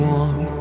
one